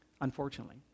Unfortunately